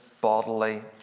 bodily